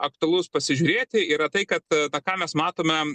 aktualus pasižiūrėti yra tai kad tą ką mes matome